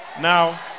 Now